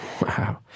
Wow